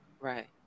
Right